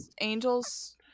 Angels